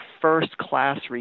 first-class